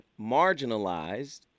marginalized